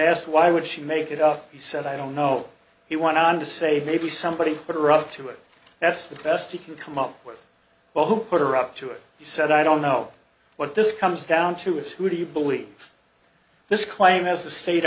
asked why would she make it up he said i don't know he went on to say maybe somebody put her up to it that's the best he can come up with well who put her up to it he said i don't know what this comes down to is who do you believe this claim as the state